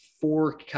four